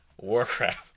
Warcraft